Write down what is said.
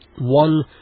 one